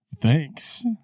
Thanks